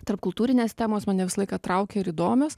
tarpkultūrinės temos mane visą laiką traukė ir įdomios